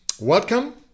Welcome